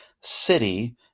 city